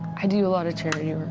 i do a lot of charity work.